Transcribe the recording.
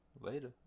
Later